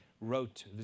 wrote